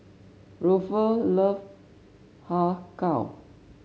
Ruffus loves Har Kow